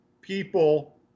people